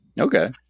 Okay